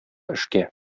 эшкә